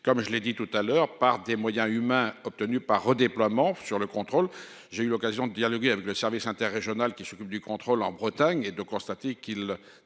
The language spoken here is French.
comme je l'ai dit tout à l'heure par des moyens humains obtenus par redéploiement sur le contrôle, j'ai eu l'occasion de dialoguer avec le service inter-régionale qui s'occupe du contrôle en Bretagne et de constater qu'il